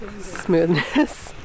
smoothness